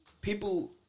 people